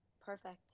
Perfect